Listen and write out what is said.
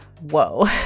whoa